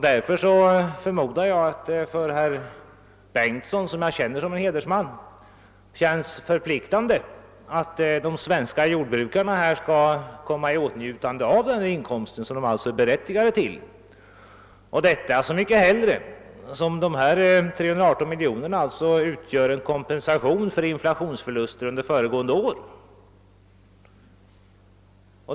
Därför förmodar jag att det för statsrådet Bengtsson, som jag känner såsom en hedersman, känns förpliktande att låta de svenska jordbrukarna komma i åtnjutande av den inkomst som de är berättigade till — så mycket hellre som dessa 318 miljoner kronor utgör en kompensation för inflationsförluster under föregående år.